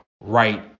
right